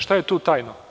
Šta je tu tajno?